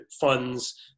funds